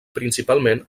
principalment